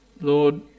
Lord